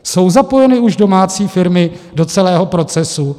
Jsou zapojeny už domácí firmy do celého procesu?